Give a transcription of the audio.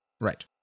Right